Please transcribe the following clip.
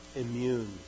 immune